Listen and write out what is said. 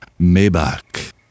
Maybach